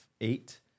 eight